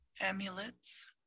Amulets